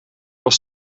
was